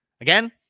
Again